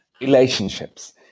relationships